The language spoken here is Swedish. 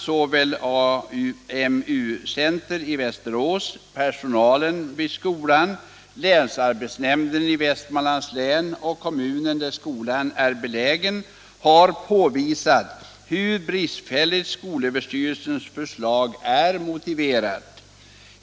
Såväl AMU-centret i Västerås, personalen vid Östaskolan, länsarbetsnämnden i Västmanlands län som kommunen där skolan är belägen har påvisat hur bristfälligt SÖ:s förslag är motiverat.